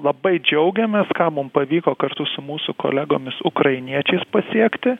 labai džiaugiamės ką mum pavyko kartu su mūsų kolegomis ukrainiečiais pasiekti